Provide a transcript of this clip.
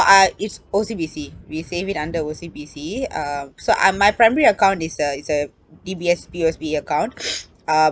ah it's O_C_B_C we save it under O_C_B_C uh so I my primary account it's uh it's uh D_B_S P_O_S_B account uh